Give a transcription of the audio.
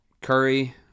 Curry